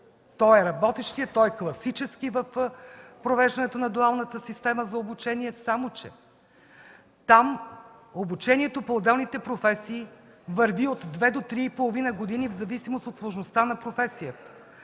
той е работещият, той е класически в провеждането на дуалната система за обучение. Само че там обучението по отделните професии върви от две до три и половина години в зависимост от сложността на професията.